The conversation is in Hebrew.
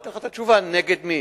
אני אתן לך את התשובה נגד מי,